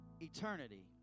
eternity